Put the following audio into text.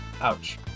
Ouch